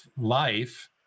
life